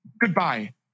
Goodbye